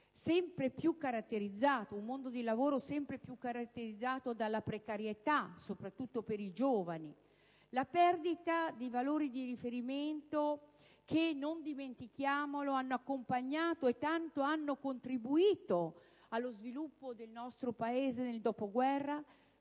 un mondo del lavoro sempre più caratterizzato dalla precarietà (soprattutto per i giovani) - e la perdita dei valori di riferimento, che, non dimentichiamolo, hanno accompagnato e tanto hanno contributo allo sviluppo del nostro Paese nel dopoguerra,